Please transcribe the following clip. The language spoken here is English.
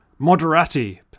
Moderati